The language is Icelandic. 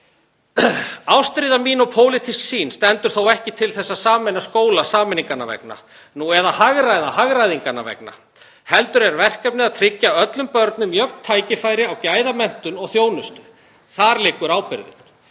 Ástríða mín og pólitísk sýn stendur þó ekki til að sameina skóla sameininganna vegna, nú eða hagræða hagræðingarinnar vegna, heldur er verkefnið að tryggja öllum börnum jöfn tækifæri á gæðamenntun og þjónustu. Þar liggur ábyrgðin.